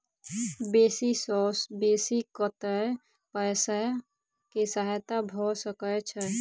बेसी सऽ बेसी कतै पैसा केँ सहायता भऽ सकय छै?